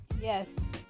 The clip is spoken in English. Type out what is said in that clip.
Yes